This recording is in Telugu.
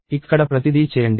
ఇక్కడ ప్రతిదీ చేయండి